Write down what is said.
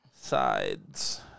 sides